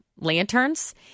lanterns